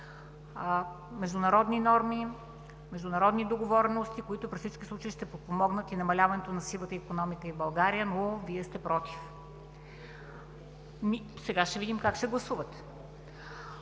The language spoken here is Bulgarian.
международни норми, международни договорености, които при всички случаи ще подпомогнат и намаляването на сивата икономика в България, но Вие сте против. ДРАГОМИР СТОЙНЕВ (БСП за